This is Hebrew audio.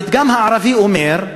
הפתגם הערבי אומר: